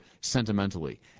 sentimentally